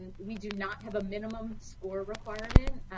and we do not have a minimum score requirement,